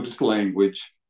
language